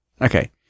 okay